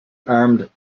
armed